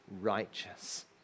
righteous